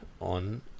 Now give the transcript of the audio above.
on